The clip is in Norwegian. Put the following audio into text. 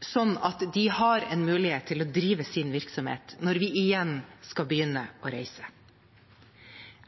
sånn at de har en mulighet til å drive sin virksomhet når vi igjen skal begynne å reise.